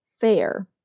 fair